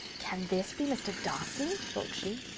can this be mr. darcy? thought she.